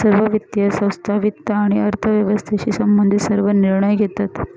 सर्व वित्तीय संस्था वित्त आणि अर्थव्यवस्थेशी संबंधित सर्व निर्णय घेतात